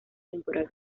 temporal